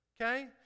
okay